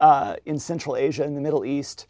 groups in central asia and the middle east